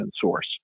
source